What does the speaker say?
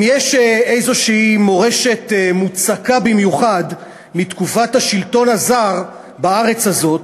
אם יש איזושהי מורשת מוצקה במיוחד מתקופת השלטון הזר בארץ הזאת,